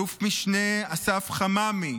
אלוף משנה אסף חממי,